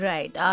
Right